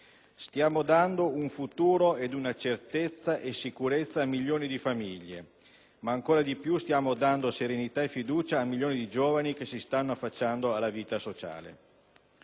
Stiamo dando un futuro, certezza e sicurezza a milioni di famiglie ma, ancor di più, stiamo dando serenità e fiducia a milioni di giovani che si stanno affacciando alla vita sociale.